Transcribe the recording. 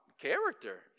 character